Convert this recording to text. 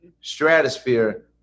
stratosphere